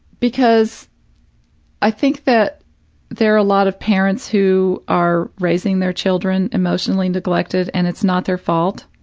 because i think that there are a lot of parents who are raising their children emotionally neglected and its not their fault,